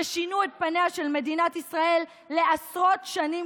ששינו את פניה של מדינת ישראל לעשרות שנים